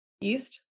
East